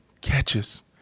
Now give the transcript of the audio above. catches